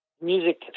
Music